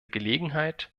gelegenheit